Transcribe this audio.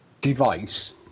device